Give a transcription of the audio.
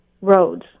roads